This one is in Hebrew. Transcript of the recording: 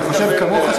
אני חושב כמוך,